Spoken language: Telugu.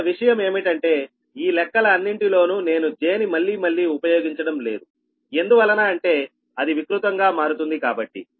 ఇక్కడ విషయం ఏమిటంటే ఈ లెక్కల అన్నింటిలోనూ నేను 'j' ని మళ్లీ మళ్లీ ఉపయోగించడం లేదు ఎందువలన అంటే అది వికృతం గా మారుతుంది కాబట్టి